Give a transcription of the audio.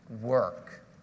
work